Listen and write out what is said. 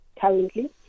currently